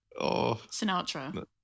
Sinatra